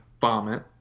vomit